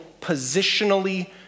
positionally